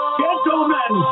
gentlemen